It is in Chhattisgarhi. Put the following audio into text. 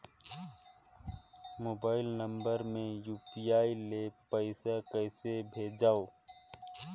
मोबाइल नम्बर मे यू.पी.आई ले पइसा कइसे भेजवं?